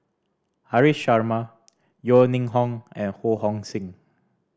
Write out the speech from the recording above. Haresh Sharma Yeo Ning Hong and Ho Hong Sing